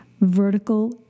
vertical